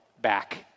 back